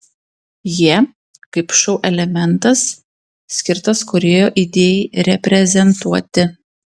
jie kaip šou elementas skirtas kūrėjo idėjai reprezentuoti